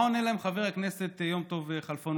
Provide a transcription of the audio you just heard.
מה עונה להם חבר הכנסת יום טוב כלפון?